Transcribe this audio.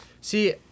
see